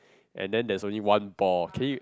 and then there is only one ball can you